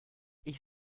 ich